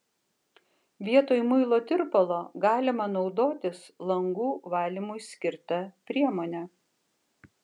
vietoj muilo tirpalo galima naudotis langų valymui skirta priemone